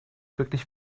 wirklich